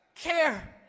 care